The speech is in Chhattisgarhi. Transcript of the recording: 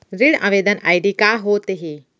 ऋण आवेदन आई.डी का होत हे?